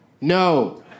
No